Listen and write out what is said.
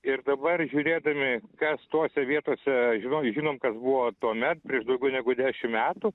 ir dabar žiūrėdami kas tose vietose žinok žinom kas buvo tuomet prieš daugiau negu dešimt metų